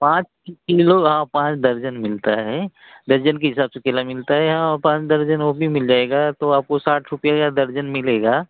पाँच किलो हाँ पाँच दर्जन मिलता है दर्जन के हिसाब से केला मिलता है यहाँ और पाँच दर्जन वह भी मिल जाएगा तो आपको साठ रुपये का दर्जन मिलेगा